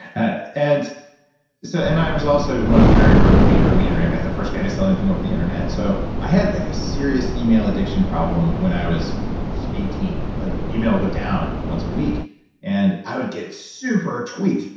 i and so and i was also one of the very early, early internet guys. the first guy to sell anything on the internet. so i had like a serious email addiction problem when i was eighteen. like like email will go down once a week and i would get super tweaked.